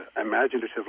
imaginative